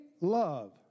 love